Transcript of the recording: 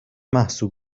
محسوب